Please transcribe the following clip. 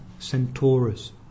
Centaurus